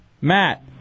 Matt